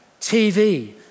TV